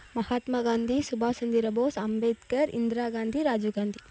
மஹாத்மா காந்தி சுபாஷ் சந்திர போஸ் அம்பேத்கர் இந்திரா காந்தி ராஜிவ் காந்தி